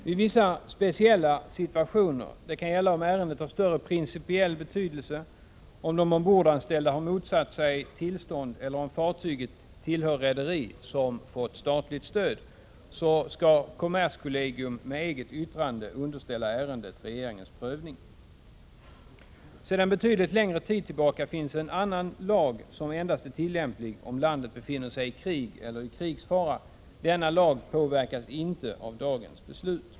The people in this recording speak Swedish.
Vid vissa speciella situationer — det kan gälla om ärendet har större principiell betydelse, om de ombordanställda har motsatt sig tillstånd eller om fartyget tillhör rederi som fått statligt stöd — skall kommerskollegium, med eget yttrande, underställa ärendet regeringens prövning. Sedan betydligt längre tid tillbaka finns en annan lag, som endast är tillämplig om landet befinner sig i krig eller i krigsfara. Denna lag påverkas inte av dagens beslut.